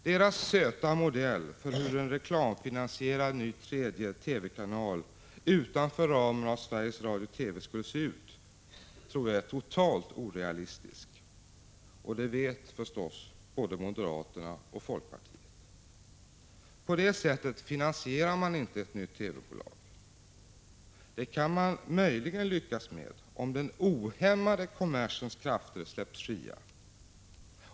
Deras söta modell för hur en reklamfinansierad ny tredje TV-kanal utanför ramen av Sveriges Radio/TV skulle se ut är totalt orealistisk, och det vet förstås både moderaterna och folkpartiet. På det sättet finansierar man inte ett nytt TV-bolag. Det kan man möjligheten lyckas med om den ohämmade kommersens krafter släpps fria.